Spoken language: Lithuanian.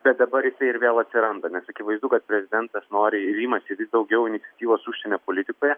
bet dabar jisai ir vėl atsiranda nes akivaizdu kad prezidentas nori ir imasi vis daugiau iniciatyvos užsienio politikoje